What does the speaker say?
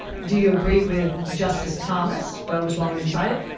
do you agree with justice thomas, roe was wrongly decided?